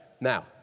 Now